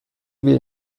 will